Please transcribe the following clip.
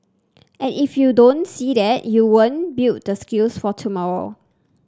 and if you don't see that you won't build the skills for tomorrow